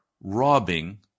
robbing